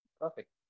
Perfect